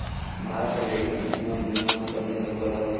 भारत हा जैविक कृषि मा दुनिया मा सबले अव्वल हवे